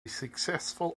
successful